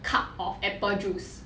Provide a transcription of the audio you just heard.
cup of apple juice